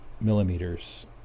millimeters